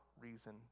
reason